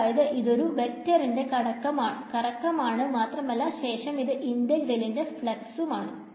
അതായത് ഇത് ഒരു വെക്ടറിന്റെ കറക്കം ആണ് മാത്രമല്ല ശേഷം ഇത് ഇന്റഗ്രലിന്റെ ഫ്ലൂക്സും ആണ്